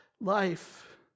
life